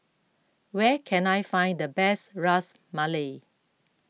where can I find the best Ras Malai